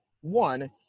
one